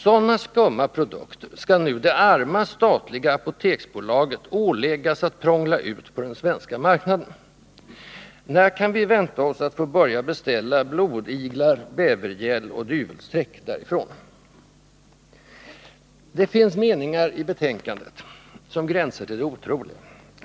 Sådana skumma produkter skall nu det arma statliga Apoteksbolaget åläggas att prångla ut på den svenska marknaden. När kan vi vänta oss att få börja beställa blodiglar, bävergäll och dyvelsträck därifrån? Det finns meningar i betänkandet som gränsar till det otroliga.